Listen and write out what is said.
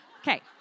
Okay